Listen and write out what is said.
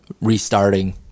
restarting